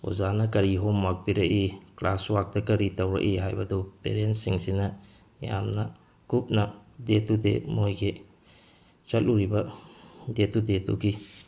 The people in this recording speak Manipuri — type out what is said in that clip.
ꯑꯣꯖꯥꯅ ꯀꯔꯤ ꯍꯣꯝꯋꯥꯔꯛ ꯄꯤꯔꯛꯏ ꯀ꯭ꯂꯥꯁꯋꯥꯔꯛꯇ ꯀꯔꯤ ꯇꯧꯔꯛꯏ ꯍꯥꯏꯕꯗꯨ ꯄꯦꯔꯦꯟꯁꯁꯤꯡꯁꯤꯅ ꯌꯥꯝꯅ ꯀꯨꯞꯅ ꯗꯦ ꯇꯨ ꯗꯦ ꯃꯣꯏꯒꯤ ꯆꯠꯂꯨꯔꯤꯕ ꯗꯦ ꯇꯨ ꯗꯦꯗꯨꯒꯤ